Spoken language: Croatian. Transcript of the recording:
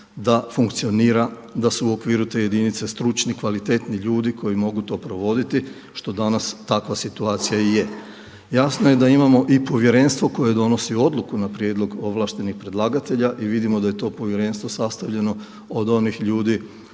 da funkcionira, da su u okviru te jedinice stručni, kvalitetni ljudi koji mogu to provoditi što danas takva situacija i je. Jadno je da imamo i povjerenstvo koje donosi odluku o na prijedlog ovlaštenih predlagatelja i vidimo da je to povjerenstvo sastavljeno od onih ljudi